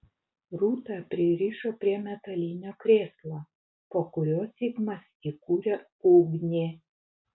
rūtą pririšo prie metalinio krėslo po kuriuo zigmas įkūrė ugnį